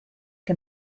que